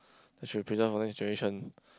that should be preserved for next generation